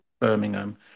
birmingham